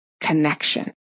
connection